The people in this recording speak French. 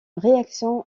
réaction